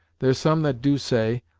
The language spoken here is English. there's some that do say,